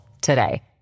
today